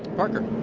parker?